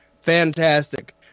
fantastic